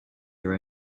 your